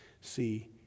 see